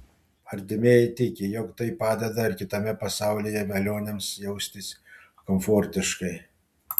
artimieji tiki jog tai padeda ir kitame pasaulyje velioniams jaustis komfortiškai